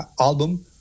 album